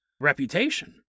reputation